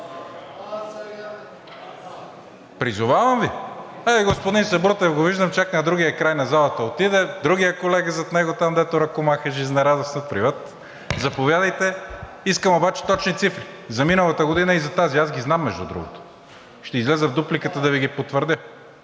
Призовавам Ви! Ето, господин Сабрутев го виждам – чак на другия край на залата отиде, другият колега зад него, там, дето ръкомаха жизнерадостно. Привет! Заповядайте, искам обаче точни цифри за миналата година и за тази! Аз ги знам, между другото – ще изляза в дупликата да Ви ги потвърдя,